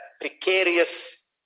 precarious